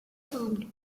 formed